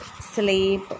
sleep